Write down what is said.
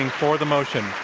for the motion.